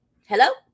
Hello